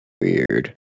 Weird